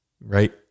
Right